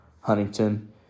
Huntington